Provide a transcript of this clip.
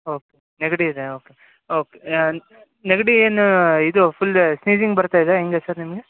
ಓ ನೆಗಡಿ ಇದೆ okay okay ನೆಗಡಿ ಏನು ಇದು ಫುಲ್ ಸ್ನಿಜಿಂಗ್ ಬರ್ತಾಯಿದೆ ಹೆಂಗೆ ಸರ್ ನಿಮಗೆ